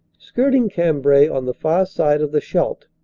skirting cambrai on the far side of the scheidt,